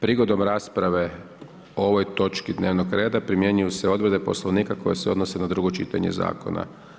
Prigodom rasprave o ovoj točki dnevnog reda, primjenjuju se odredbe poslovnika koji se odnose na drugo čitanje ovog zakona.